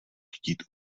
chtít